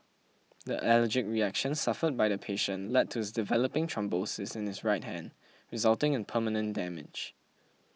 the allergic reaction suffered by the patient led to his developing thrombosis in his right hand resulting in permanent damage